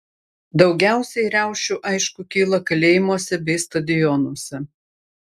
daugiausiai riaušių aišku kyla kalėjimuose bei stadionuose